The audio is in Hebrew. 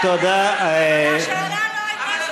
אבל השאלה לא הייתה,